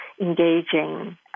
engaging